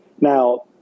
Now